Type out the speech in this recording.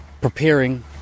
preparing